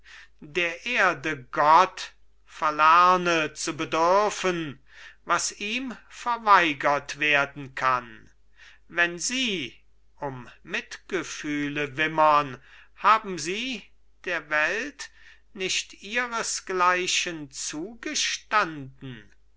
der erde gott verlange zu bedürfen was ihm verweigert werden kann wenn sie um mitgefühle wimmern haben sie der welt nicht ihresgleichen zugestanden